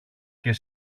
και